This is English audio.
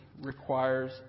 requires